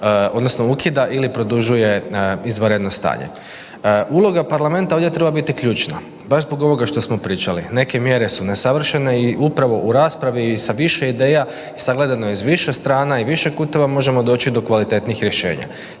odnosno ukida ili produžuje izvanredno stanje. Uloga parlamenta ovdje treba biti ključna baš zbog ovoga što smo pričali. Neke mjere su nesavršene i upravo u raspravi sa više ideja i sagledano iz više strana i više kuteva, možemo doći do kvalitetnih rješenja.